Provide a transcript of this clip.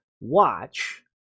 watch